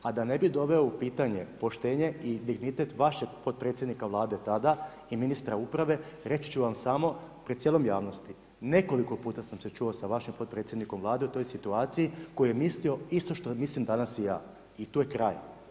A da ne bi doveo u pitanje poštenje i dignitet vašeg potpredsjednika Vlade tada i ministra uprave, reći ću vam samo pred cijelom javnosti, nekoliko puta sam se čuo sa vašim potpredsjednikom Vlade u toj situaciji koji je mislio isto što mislim danas i ja i tu je kraj.